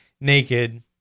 naked